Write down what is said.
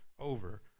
over